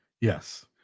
Yes